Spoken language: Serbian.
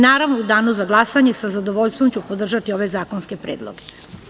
Naravno, u danu za glasanje sa zadovoljstvom ću podržati ove zakonske predloge.